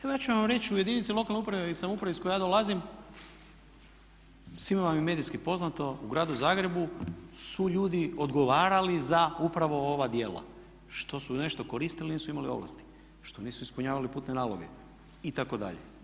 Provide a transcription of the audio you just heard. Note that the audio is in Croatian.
Evo ja ću vam reći u jedinici lokalne uprave i samouprave iz koje ja dolazim, svima vam je medijski poznato, u gradu Zagrebu su ljudi odgovarali za upravo ova djela, što su nešto koristili a nisu imali ovlasti, što nisu ispunjavali putne naloge itd.